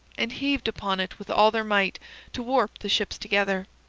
and heaved upon it with all their might to warp the ships together.